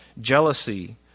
jealousy